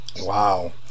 Wow